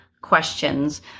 questions